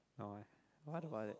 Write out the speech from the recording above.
no what about it